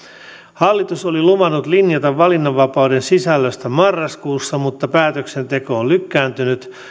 hallitus oli luvannut linjata valinnanvapauden sisällöstä marraskuussa mutta päätöksenteko on lykkääntynyt